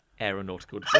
aeronautical